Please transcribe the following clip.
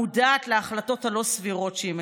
המודעת להחלטות הלא-סבירות שהיא מקבלת.